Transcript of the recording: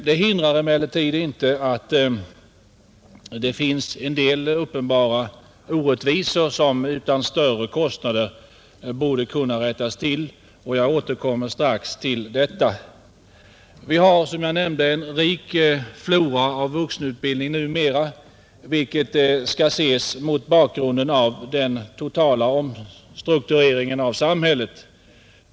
Det hindrar emellertid inte att det finns en del uppenbara orättvisor, som utan större kostnader borde kunna rättas till. Jag återkommer strax till detta. Vi har en rik flora av vuxenutbildning numera, vilket skall ses mot bakgrunden av den totala omstruktureringen av samhället.